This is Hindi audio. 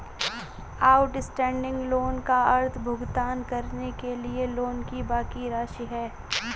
आउटस्टैंडिंग लोन का अर्थ भुगतान करने के लिए लोन की बाकि राशि है